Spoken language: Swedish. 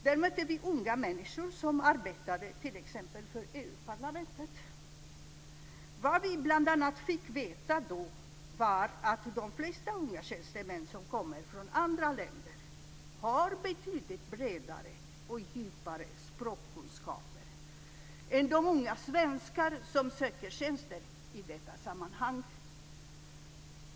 Där mötte vi unga människor som arbetade för t.ex. EU parlamentet. Då fick vi bl.a. veta att de flesta unga tjänstemän som kommer från andra länder har betydligt bredare och djupare språkkunskaper än de unga svenskar som söker tjänster i detta sammanhang.